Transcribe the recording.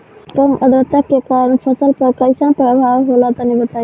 कम आद्रता के कारण फसल पर कैसन प्रभाव होला तनी बताई?